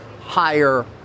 higher